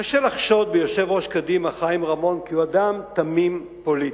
קשה לחשוד ביושב-ראש קדימה חיים רמון כי הוא אדם תמים פוליטית.